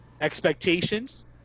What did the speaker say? expectations